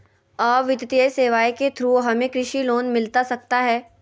आ वित्तीय सेवाएं के थ्रू हमें कृषि लोन मिलता सकता है?